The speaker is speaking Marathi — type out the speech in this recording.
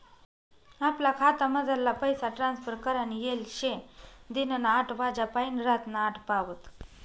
आपला खातामझारला पैसा ट्रांसफर करानी येय शे दिनना आठ वाज्यापायीन रातना आठ पावत